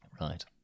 Right